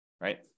right